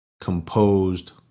composed